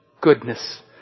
Goodness